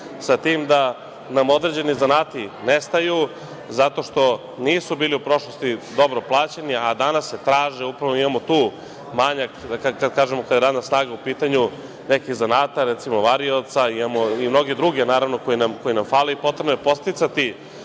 sa tim da nam određeni zanati nestaju zato što nisu bili u prošlosti dobro plaćeni, a danas se traže, upravo imamo tu manjak, kad kažemo kada je radna snaga u pitanju, nekih zanata, recimo varioca, imamo i mnoge druge naravno koji nam hvale. Potrebno je podsticati